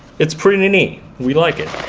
it's pretty neat. we like it.